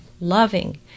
loving